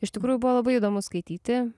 iš tikrųjų buvo labai įdomu skaityti